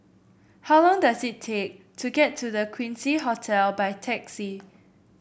how long does it take to get to The Quincy Hotel by taxi